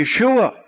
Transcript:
Yeshua